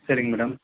சரிங்க மேடம்